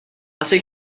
asi